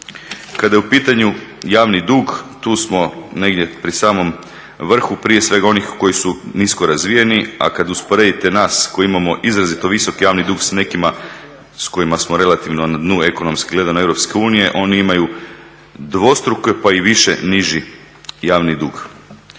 Kada je u pitanju javni dug, tu smo negdje pri samom vrhu prije svega onih koji su nisko razvijeni, a kad usporedite nas koji imamo izrazito visok javni dug s nekima s kojima smo relativno na dnu ekonomski gledano Europske unije, oni imaju dvostruko pa i više niži javni dug.